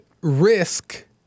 risk